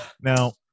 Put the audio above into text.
Now